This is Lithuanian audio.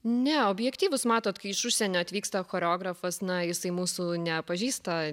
ne objektyvūs matot kai iš užsienio atvyksta choreografas na jisai mūsų nepažįsta